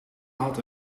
had